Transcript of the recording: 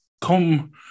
come